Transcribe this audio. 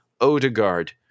Odegaard